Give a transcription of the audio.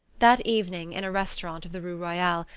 that evening, in a restaurant of the rue royale,